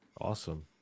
Awesome